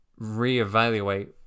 reevaluate